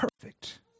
perfect